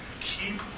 keep